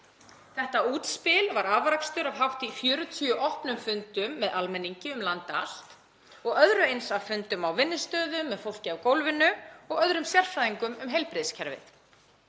Þetta útspil var afrakstur af hátt í 40 opnum fundum með almenningi um land allt og öðru eins af fundum á vinnustöðum, með fólki á gólfinu og öðrum sérfræðingum um heilbrigðiskerfið.